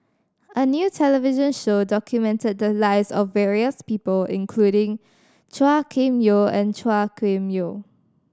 a new television show documented the lives of various people including Chua Kim Yeow and Chua Kim Yeow